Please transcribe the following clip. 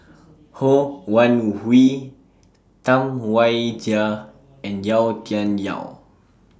Ho Wan Hui Tam Wai Jia and Yau Tian Yau